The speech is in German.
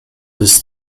des